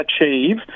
achieve